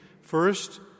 first